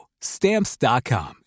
Stamps.com